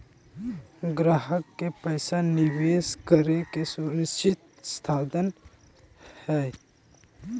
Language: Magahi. ग्राहक के पैसा निवेश करे के सुनिश्चित साधन हइ